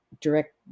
direct